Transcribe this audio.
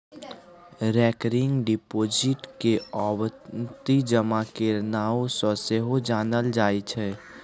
recurring deposit केँ आवर्ती जमा केर नाओ सँ सेहो जानल जाइ छै